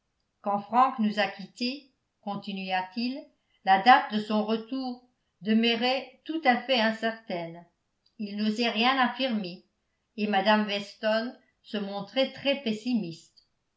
quand frank nous a quittés continua-t-il la date de son retour demeurait tout à fait incertaine il n'osait rien affirmer et mme weston se montrait très pessimiste